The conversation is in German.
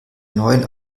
neuen